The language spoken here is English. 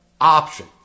option